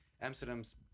Amsterdam's